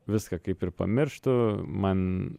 viską kaip ir pamirštu man